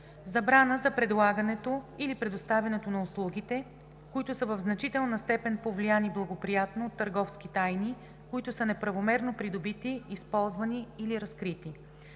забрана за предлагането или предоставянето на услугите, които са в значителна степен повлияни благоприятно от търговски тайни, които са неправомерно придобити, използвани или разкрити.